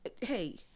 hey